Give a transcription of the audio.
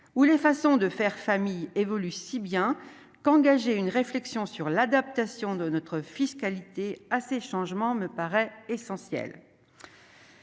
ou les façons de faire famille évoluent, si bien qu'engager une réflexion sur l'adaptation de notre fiscalité à ces changements me paraît essentiel.